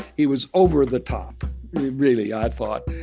he was over-the-top, really, i thought.